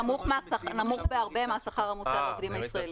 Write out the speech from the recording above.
נמוך בהרבה מהשכר הממוצע לעובדים הישראלים.